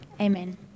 Amen